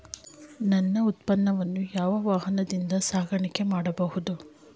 ನನ್ನ ಉತ್ಪನ್ನವನ್ನು ಯಾವ ವಾಹನದಿಂದ ಸಾಗಣೆ ಮಾಡಬಹುದು?